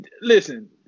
listen